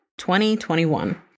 2021